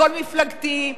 הכול מפלגתי.